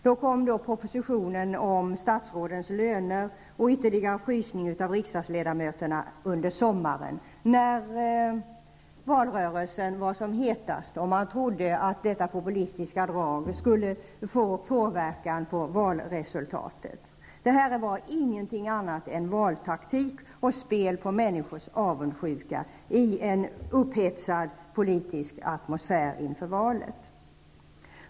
Så kom då propositionen om statsrådens löner och ytterligare ett beslut under sommaren om frysning av riksdagsledamöternas löner när valrörelsen var som hetast och man trodde att detta populistiska drag skulle påverka valresultatet. Detta var ingenting annat än valtaktik och spel på människors avundsjuka i en upphetsad politisk atmosfär inför valet.